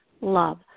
love